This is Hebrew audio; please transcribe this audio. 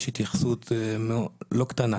יש התייחסות לא קטנה